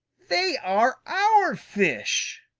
they are our fish!